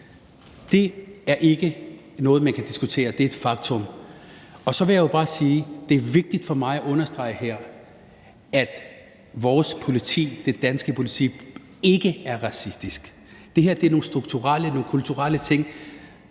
– er ikke noget, man kan diskutere; det er et faktum. Så vil jeg bare sige, at det er vigtigt for mig at understrege her, at vores politi, det danske politi, ikke er racistisk. Det her er nogle strukturelle og nogle kulturelle ting,